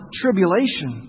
tribulation